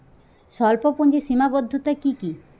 স্বল্পপুঁজির সীমাবদ্ধতা কী কী?